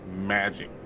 Magic